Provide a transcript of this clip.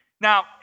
Now